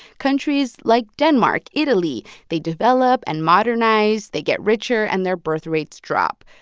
countries like denmark, italy they develop and modernize. they get richer, and their birth rates drop,